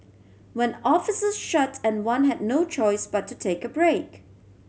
when offices shut and one had no choice but to take a break